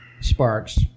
Sparks